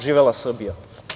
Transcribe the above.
Živela Srbija!